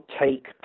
take